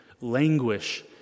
languish